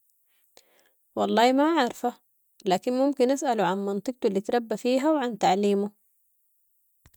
والله ما عارفة، لكن ممكن اسالو عن منطقتو الاتربى فيها وعن تعليمو.